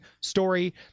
story